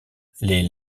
les